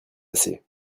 assez